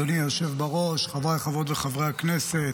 אדוני היושב בראש, חבריי חברות וחברי הכנסת,